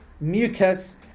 mucus